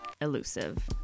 Elusive